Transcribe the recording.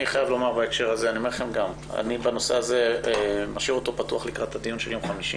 אני משאיר את הנושא הזה פתוח לקראת הדיון של יום חמישי.